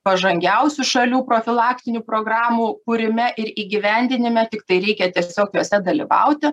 pažangiausių šalių profilaktinių programų kūrime ir įgyvendinime tiktai reikia tiesiog jose dalyvauti